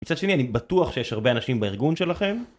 מצד שני אני בטוח שיש הרבה אנשים בארגון שלכם